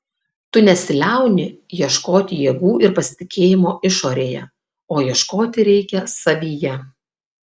tu nesiliauni ieškoti jėgų ir pasitikėjimo išorėje o ieškoti reikia savyje